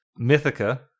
Mythica